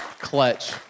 Clutch